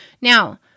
Now